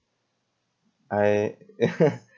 I